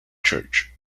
church